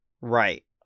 Right